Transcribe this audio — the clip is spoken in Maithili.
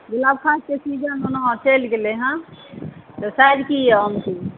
गुलाबखासके सीजन ओना चलि गेलै हेँ तऽ साइज की यए आमके